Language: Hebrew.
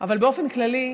אבל באופן כללי,